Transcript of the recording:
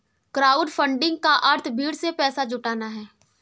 crowdfunding का अर्थ भीड़ से पैसा जुटाना है